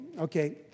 okay